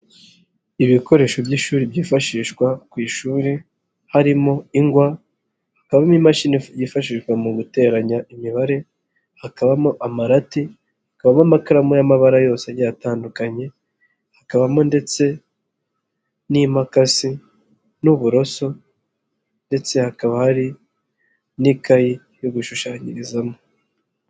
Ibikoresho by'ishuri byifashishwa ku ishuri harimo ingwa, hakabamo imashini yifashishwa mu guteranya imibare, hakabamo amarati, hakabamo amakaramu y'amabara yose agiye atandukanye, hakabamo ndetse n'impakasi n'uburoso ndetse hakaba hari n'ikayi yo gushushanyirizamo.